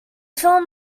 film